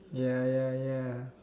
ya ya ya